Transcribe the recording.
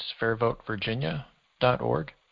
fairvotevirginia.org